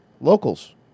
locals